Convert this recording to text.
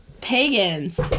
pagans